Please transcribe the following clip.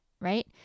right